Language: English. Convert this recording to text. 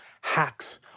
hacks